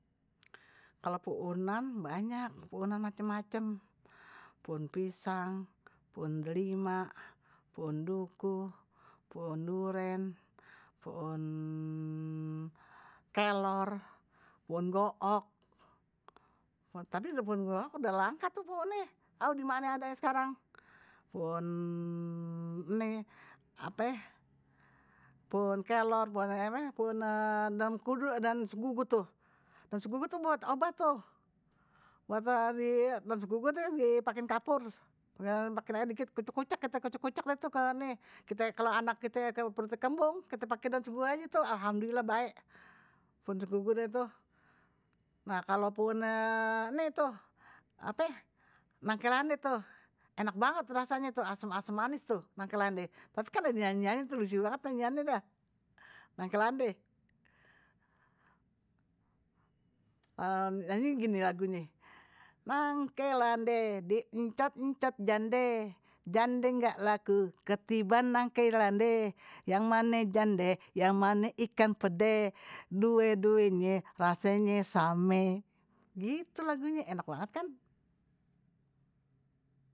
Kalo poonan banyak, poonan macem macem, poon pisang, pooh delima, poon duku, poon duren. poon kelor, poon gohok. tapi pohon gohok udah langka tuh pohonye. au dimane adanye sekarang, poon nin ape pohon kelor buat ape daon mengkudu, daon senggugu tuh buat obat tuh buat daon senggugu yang dipakein kapur, pakein aje dikit kucek kucek kucek kite kucek kucek ke ni, kalo anak kit perutnye kembung. kite pakein daun segugu aje tuh, alhamdulillah bae, poon senggugu deh tuh, nah kalo pohon nih ape nangke lande tuh enak banget rasanye tuh asem asem manis tuh nangke lande, tapi kan ade nyanyiannye tuh lucu banget, nyanyainnye begini lagunye nangke lande di encot encot jande, jande ga laku ketiban nangke lande, yang mane jande yang mane ikan pede due duenya rasenye same gitu lagunye enak banget kan.